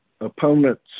opponents